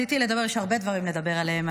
יש הרבה דברים לדבר עליהם,